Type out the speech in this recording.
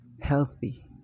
healthy